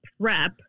prep